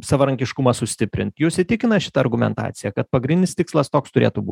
savarankiškumą sustiprint jus įtikina šita argumentacija kad pagrindinis tikslas toks turėtų būt